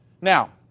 Now